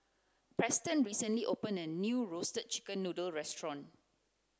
preston recently opened a new roasted chicken noodle restaurant